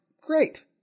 great